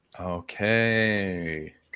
okay